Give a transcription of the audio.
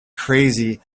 crazy